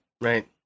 right